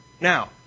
Now